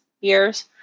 years